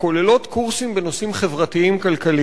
הכוללות קורסים בנושאים חברתיים-כלכליים".